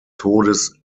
todes